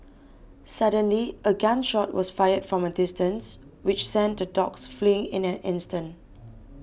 suddenly a gun shot was fired from a distance which sent the dogs fleeing in an instant